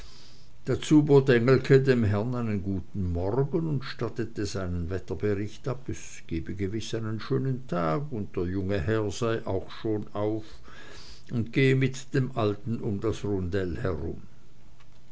dazu bot engelke den herren einen guten morgen und stattete seinen wetterbericht ab es gebe gewiß einen schönen tag und der junge herr sei auch schon auf und gehe mit dem alten um das rundell herum